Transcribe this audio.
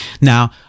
Now